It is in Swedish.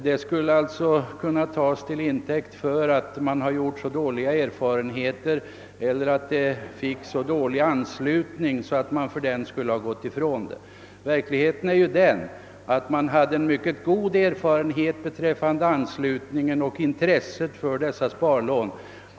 Det skulle alltså kunna tas till intäkt för att man har gjort så dåliga erfarenheter av lånen eller att de fick så dålig anslutning att man fördenskull gått ifrån dem. Det verkliga förhållandet är att dessa sparlån rönte stort intresse och fick mycket god anslutning.